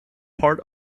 part